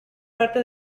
parte